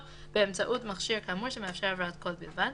באמצעות מכשיר כאמור שמאפשר העברת קול בלבד,